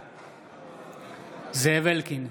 בעד זאב אלקין,